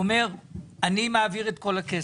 שהוא מעביר את כל הכסף,